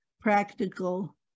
practical